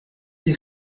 des